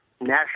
national